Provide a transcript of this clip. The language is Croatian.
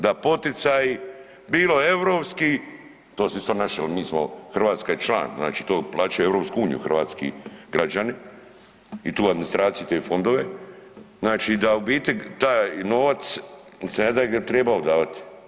Da poticaji bilo europski, to su isto naši ali mi smo, Hrvatska je član, znači to plaća EU, hrvatski građani i tu administraciju, te fondove, znači da u biti taj novac se ne daje gdje se trebao davati.